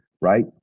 right